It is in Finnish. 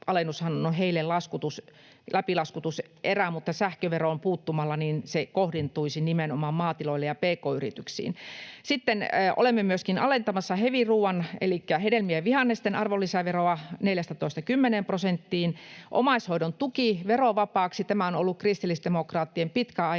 alennushan on heille läpilaskutuserä, mutta sähköveroon puuttumalla se kohdentuisi nimenomaan maatiloille ja pk-yrityksiin. Sitten olemme myöskin alentamassa heviruoan elikkä hedelmien ja vihannesten arvonlisäveroa 14:stä 10 prosenttiin. Omaishoidon tuki verovapaaksi — tämä on ollut kristillisdemokraattien pitkäaikainen